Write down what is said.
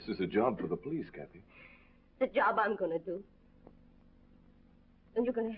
this is a job to the police get the job i'm going to do and you're going to